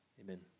amen